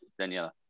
Daniela